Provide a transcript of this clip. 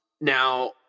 now